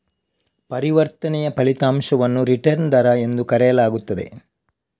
ಪರಿವರ್ತನೆಯ ಫಲಿತಾಂಶವನ್ನು ರಿಟರ್ನ್ ದರ ಎಂದು ಕರೆಯಲಾಗುತ್ತದೆ